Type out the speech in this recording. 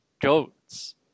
GOATs